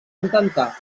intentar